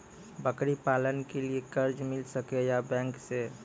बकरी पालन के लिए कर्ज मिल सके या बैंक से?